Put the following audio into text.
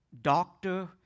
doctor